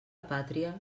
pàtria